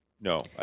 no